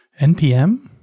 NPM